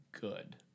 good